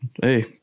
Hey